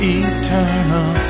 eternal